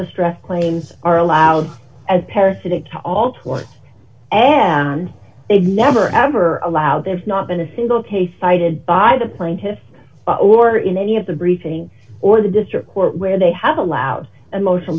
distress claims are allowed as parasitic to all one and they never ever allow there's not been a single case cited by the plaintiffs or in any of the briefing or the district court where they have allowed emotional